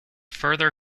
further